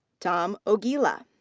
tom ogila.